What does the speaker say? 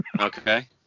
Okay